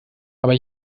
aber